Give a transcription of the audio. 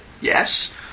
yes